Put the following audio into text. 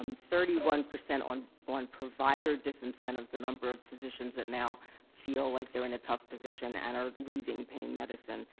um thirty one percent on on provider disincentives the number of physicians that now feel like they're in a tough position and are leaving pain medicine.